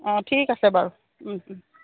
অঁ ঠিক আছে বাৰু